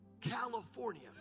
California